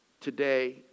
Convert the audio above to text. today